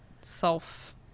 self